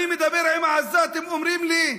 אני מדבר עם העזתים, אומרים לי: